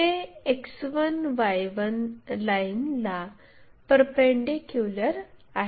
ते X1 Y1 लाइनला perpendicular आहेत